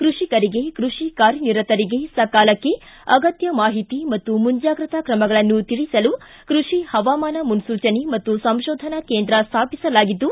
ಕೃಷಿಕರಿಗೆ ಕೃಷಿ ಕಾರ್ಯನಿರತರಿಗೆ ಸಕಾಲಕ್ಷೆ ಅಗತ್ಯ ಮಾಹಿತಿ ಮತ್ತು ಮುಂಜಾಗೃತಾ ತ್ರಮಗಳನ್ನು ತಿಳಿಸಲು ಕೃಷಿ ಪವಾಮಾನ ಮುನ್ನೂಚನೆ ಮತ್ತು ಸಂಶೋಧನಾ ಕೇಂದ್ರ ಸ್ಟಾಪಿಸಲಾಗಿದ್ದು